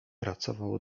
pracował